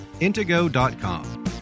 intego.com